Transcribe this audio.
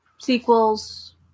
Sequels